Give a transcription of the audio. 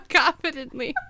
confidently